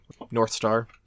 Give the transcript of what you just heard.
Northstar